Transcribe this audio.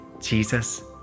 Jesus